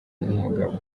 n’umugabo